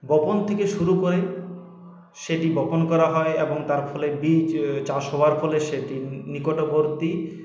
বপন থেকে শুরু করে সেটি বপন করা হয় এবং তার ফলে বীজ চাষ হওয়ার ফলে সেটি নিকটবর্তী